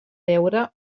veure